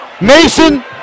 Mason